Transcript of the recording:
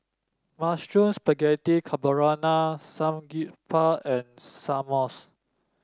Mushroom Spaghetti Carbonara Samgyeopsal and